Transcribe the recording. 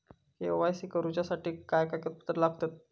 KYC करूच्यासाठी काय कागदपत्रा लागतत?